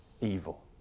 evil